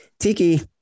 Tiki